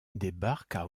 débarquent